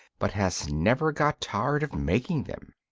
but has never got tired of making them.